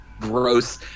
gross